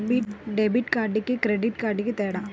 Debit కార్డుకి credit కార్డుకి తేడా?